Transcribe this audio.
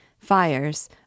Fires